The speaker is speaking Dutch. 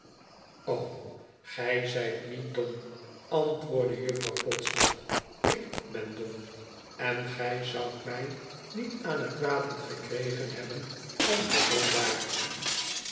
gij zijt niet dom antwoordde juffrouw podsnap ik ben dom en gij zoudt mij niet aan het praten gekregen hebben als gij dom waart